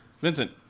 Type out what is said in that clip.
Vincent